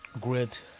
great